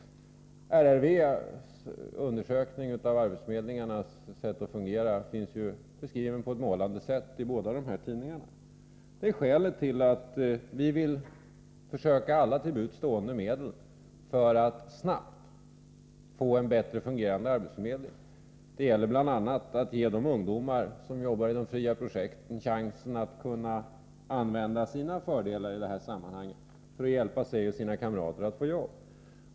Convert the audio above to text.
Riksrevisionsverkets undersökning av arbetsförmedlingarnas sätt att fungera finns beskriven på ett målande sätt i båda dessa tidningar. Det är skälet till att vi vill försöka alla till buds stående medel för att snabbt få en bättre fungerande arbetsförmedling. Det gäller bl.a. att ge de ungdomar som jobbar i de fria projekten chansen att använda sina fördelar i det här sammanhanget för att hjälpa sig och sina kamrater att få jobb.